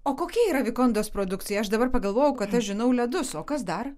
o kokia yra vikondos produkcija aš dabar pagalvojau kad aš žinau ledus o kas dar